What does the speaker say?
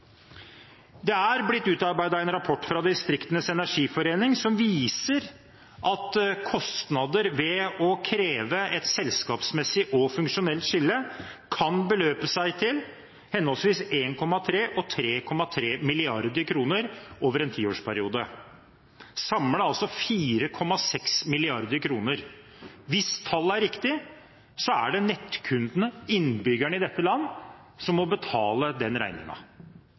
Det er blitt utarbeidet en rapport av Distriktenes energiforening som viser at kostnader ved å kreve et selskapsmessig og funksjonelt skille kan beløpe seg til henholdsvis 1,3 og 3,3 mrd. kr over en tiårsperiode, samlet altså 4,6 mrd. kr. Hvis tallet er riktig, er det nettkundene, innbyggerne i dette landet, som må betale